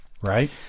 right